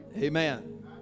Amen